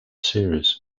series